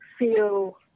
feel